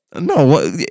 No